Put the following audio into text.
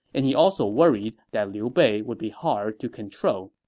and he also worried that liu bei would be hard to control